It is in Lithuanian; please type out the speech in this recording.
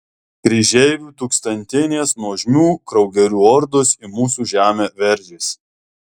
kryžeivių tūkstantinės nuožmių kraugerių ordos į mūsų žemę veržiasi